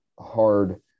hard